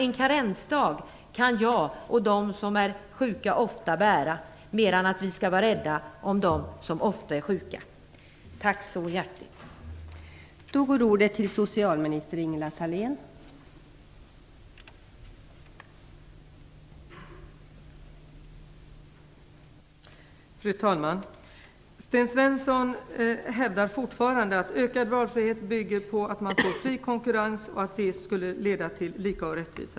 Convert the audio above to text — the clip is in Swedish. En karensdag kan jag och de som sällan är sjuka bära. Vi skall vara rädda om dem som ofta är sjuka.